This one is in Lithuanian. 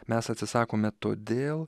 mes atsisakome todėl